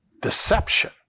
deception